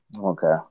Okay